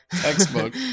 textbook